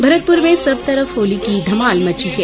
भरतपुर में सब तरफ होली की धमाल मची है